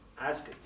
ask